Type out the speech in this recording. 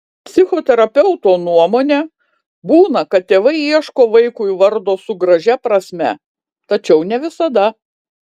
psichoterapeuto nuomone būna kad tėvai ieško vaikui vardo su gražia prasme tačiau ne visada